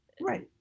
right